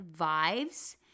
vibes